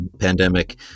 pandemic